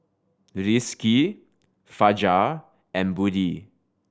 Rizqi Fajar and Budi